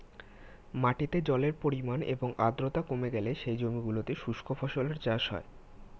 মাটিতে জলের পরিমাণ এবং আর্দ্রতা কমে গেলে সেই জমিগুলোতে শুষ্ক ফসলের চাষ হয়